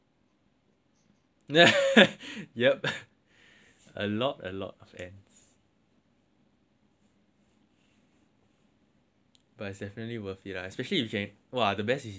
yup a lot a lot of ands but it's definitely worth is lah especially you can !wah! is you can go with like friends